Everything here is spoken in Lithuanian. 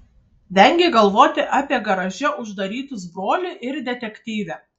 vengė galvoti apie garaže uždarytus brolį ir detektyvę